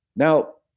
now,